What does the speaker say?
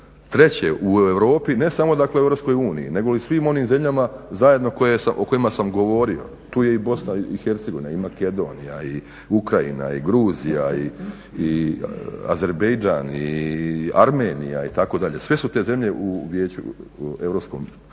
3.u Europi nego samo u EU negoli u svim onim zemljama zajedno o kojima sam govorio. Tu je i BiH i Makedonija i Ukrajina i Gruzija, i Azerbajdžan i Armenija itd. sve te zemlje u Europskom